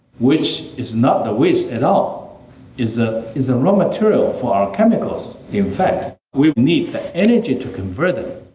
which is not the waste at all is ah is a raw material for our chemicals, in fact. we need the energy to convert them.